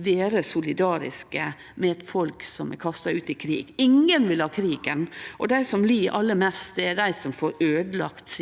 vere solidariske med folk som er kasta ut i krig. Ingen vil ha krigen, og dei som lir aller mest, er dei som får øydelagt